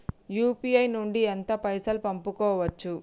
UPI నుండి ఎంత పైసల్ పంపుకోవచ్చు?